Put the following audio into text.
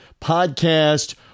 podcast